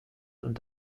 und